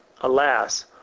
Alas